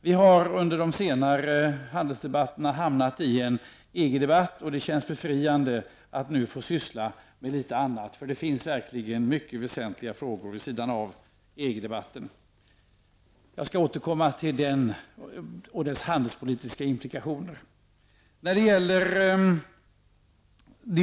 Vi har under de senare handelsdebatterna hamnat i en EG-debatt, och det känns befriande att nu få syssla med litet annat. Det finns verkligen mycket väsentliga frågor vid sidan av EG-debatten. Jag återkommer till den debatten och dess handelspolitiska implikationer.